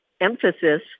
emphasis